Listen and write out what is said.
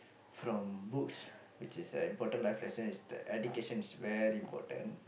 from books which is an important life lesson is that education is very important